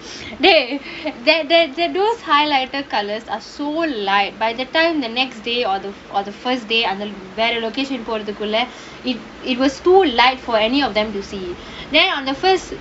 dey that that that those highlighter colours are so light by the time the next day or the or the first day அந்த வேற:antha vera location போறதுக்குள்ள:porathukkulla it was too light for any of them to see there on the first